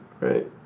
Right